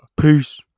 Peace